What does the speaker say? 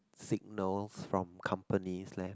signals from companies leh